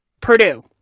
Purdue